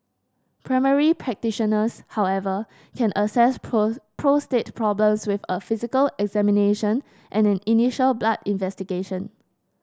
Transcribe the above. primary practitioners however can assess prostate problems with a physical examination and an initial blood investigation